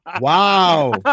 Wow